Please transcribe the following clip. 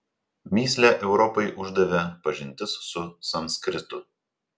mįslę europai uždavė pažintis su sanskritu